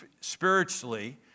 spiritually